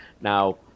now